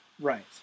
Right